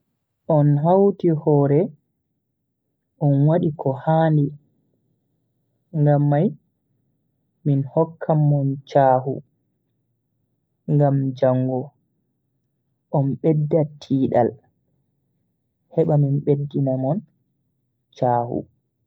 On hauti hore on wadi ko handi ngam mai min hokkan mon chahu, ngam jango on bedda tiidal heba min beddina mon chahu.